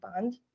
bond